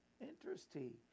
Interesting